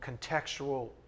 contextual